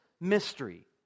mystery